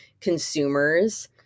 consumers